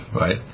right